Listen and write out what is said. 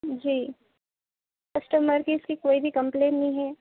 جی customer کی اس کی کوئی بھی کمپلین نہیں ہے